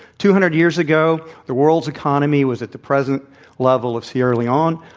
two hundred years ago, the world's economy was at the present level of sierra leone,